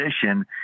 position